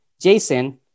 Jason